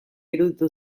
iruditu